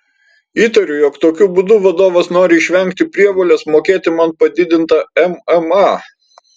įtariu jog tokiu būdu vadovas nori išvengti prievolės mokėti man padidintą mma